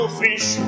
fish